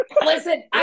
Listen